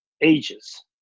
ages